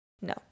No